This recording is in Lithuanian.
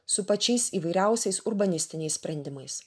su pačiais įvairiausiais urbanistiniais sprendimais